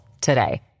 today